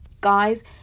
guys